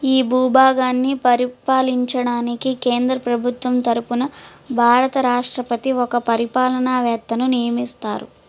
ఈ భూభాగాన్ని పరిపాలించడానికి కేంద్ర ప్రభుత్వం తరపున భారత రాష్ట్రపతి ఒక పరిపాలనవేత్తను నియమిస్తారు